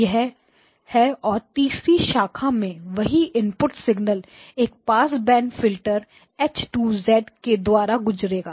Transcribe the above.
यह x0nहै और तीसरी शाखा में वही इनपुट सिग्नल एक पास बैंड फिल्टर H 2 के द्वारा गुजरेगा